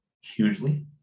hugely